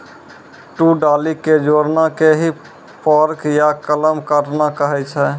दू डाली कॅ जोड़ना कॅ ही फोर्क या कलम काटना कहै छ